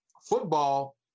football